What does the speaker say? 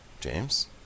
james